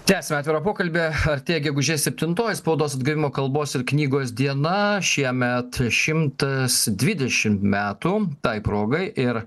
tęsiame atvirą pokalbį artėja gegužės septintoji spaudos atgavimo kalbos ir knygos diena šiemet šimtas dvidešimt metų tai progai ir